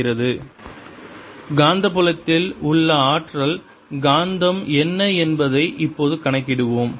r ωtdt140E02 காந்தப்புலத்தில் உள்ள ஆற்றல் காந்தம் என்ன என்பதை இப்போது கணக்கிடுவோம்